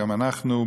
גם אנחנו,